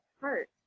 heart